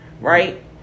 Right